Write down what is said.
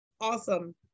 awesome